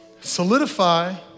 Solidify